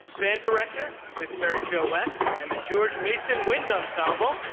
band director miss mary jo west and the george mason wind ensemble